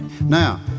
Now